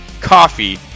coffee